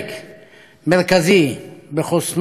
מרכזי בחוסנו ועוצמתו